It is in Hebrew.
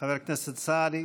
חבר הכנסת סעדי.